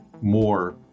more